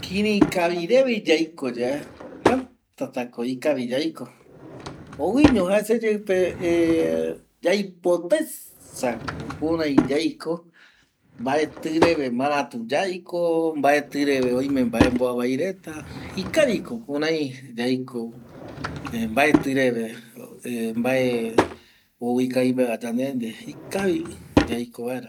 Kiri kavi mabera yaiko ye jaekaviko yaiko, esa yaipotasa kurei yaiko mbaeti reve oime vae ou oiko yandeve, vae ikavivaeva yandeve, ikavi ko yaiko